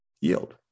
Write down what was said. yield